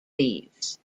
leaves